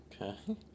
Okay